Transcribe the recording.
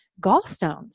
gallstones